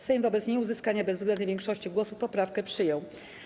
Sejm wobec nieuzyskania bezwzględnej większości głosów poprawkę przyjął.